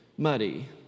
muddy